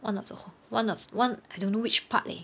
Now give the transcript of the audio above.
one of the one of one I don't know which part leh